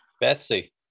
Betsy